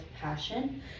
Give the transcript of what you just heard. passion